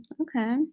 Okay